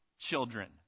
Children